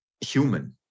human